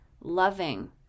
loving